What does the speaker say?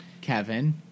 Kevin